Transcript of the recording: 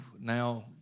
now